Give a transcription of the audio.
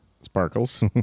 Sparkles